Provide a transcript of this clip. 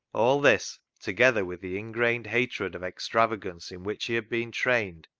all this, together with the ingrained hatred of extravagance in which he had been trained,